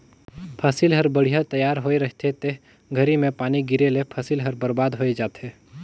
फसिल हर बड़िहा तइयार होए रहथे ते घरी में पानी गिरे ले फसिल हर बरबाद होय जाथे